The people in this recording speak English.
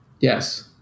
Yes